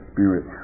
Spirit